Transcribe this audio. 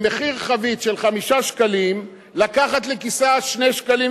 במחיר חבית של 5 שקלים, לקחת לכיסה 2.80 שקלים?